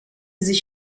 sich